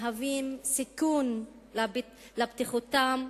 מהווים סיכון לבטיחותם,